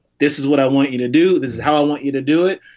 this is what i want you to do. this is how i want you to do it.